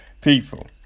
People